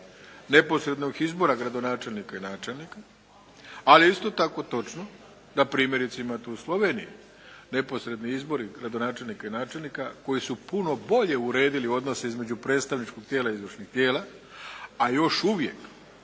neposrednog izbora gradonačelnika i načelnika. Ali je isto tako točno da primjerice imate u Sloveniji neposredni izbori gradonačelnika i načelnika koji su puno bolje uredili odnose između predstavničkog tijela i izvršnih tijela, a još uvijek,